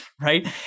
right